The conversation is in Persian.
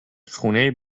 خونه